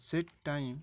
ସେ ଟାଇମ୍